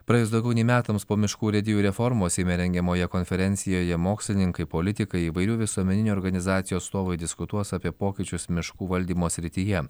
praėjus daugiau nei metams po miškų urėdijų reformos seime rengiamoje konferencijoje mokslininkai politikai įvairių visuomeninių organizacijų atstovai diskutuos apie pokyčius miškų valdymo srityje